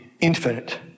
infinite